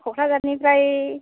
क'क्राझारनिफ्राय